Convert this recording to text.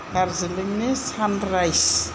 दार्जिलींनि sunrise